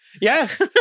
yes